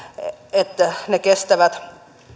että ne kestävät